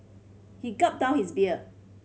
he gulped down his beer